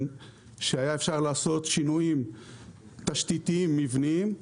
שהיה אפשר לעשות שינויים תשתיתיים מבניים,